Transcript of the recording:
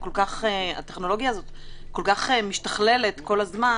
היא כל כך משתכללת כל הזמן,